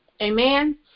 Amen